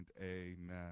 amen